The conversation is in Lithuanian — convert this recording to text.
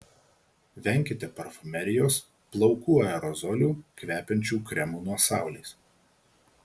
venkite parfumerijos plaukų aerozolių kvepiančių kremų nuo saulės